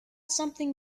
something